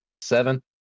Seven